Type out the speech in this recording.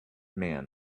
man